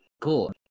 cool